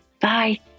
Bye